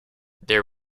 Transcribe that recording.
there